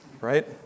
Right